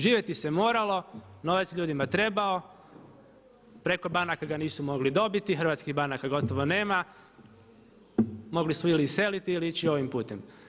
Živjeti se moralo, novac je ljudima trebao, preko banaka ga nisu mogli dobiti, hrvatskih banaka gotovo nema, mogli su ili iseliti ili ići ovim putem.